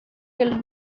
der